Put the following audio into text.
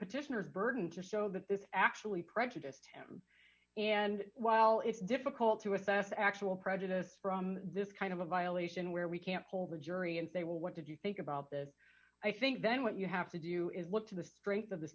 petitioners burden to show that this is actually prejudiced and while it's difficult to assess actual prejudice from this kind of a violation where we can't hold a jury and say well what did you think about that i think then what you have to do is look to the strength of the